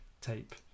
tape